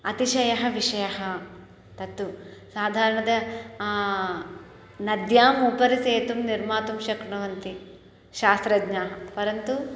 अतिशयः विषयः तत्तु साधारणतया नद्याम् उपरि सेतुं निर्मातुं शक्नुवन्ति शास्त्रज्ञाः परन्तु